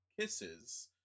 kisses